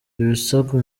ibisabwa